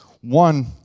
One